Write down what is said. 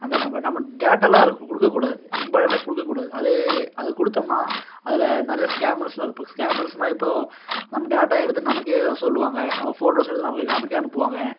அந்த நம்ம நம்ம டேட்டெல்லாம் கொடுக்கக்கூடாது இம்பார்டெண்ட்டா கொடுக்கக்கூடாது அதே அதைக்குடுத்தம்னா அதில் நிறைய ஸ்கேம்மர்ஸ்லாம் இருப்பாங்க ஸ்கேம்மர்ஸ்னா இப்போ நம்ம டேட்டா எடுத்து நமக்கே சொல்லுவாங்க நம்ம ஃபோட்டோஸ் எடுத்து நமக்கே அனுப்புவாங்க